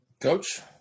coach